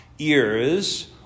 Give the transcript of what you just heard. ears